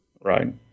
Right